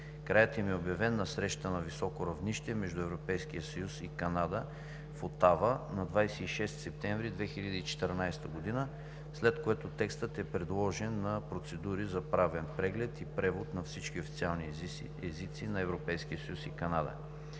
Краят им е обявен на срещата на високо равнище между Европейския съюз и Канада в Отава на 26 септември 2014 г., след което текстът е подложен на процедури за правен преглед и превод на всички официални езици на Европейския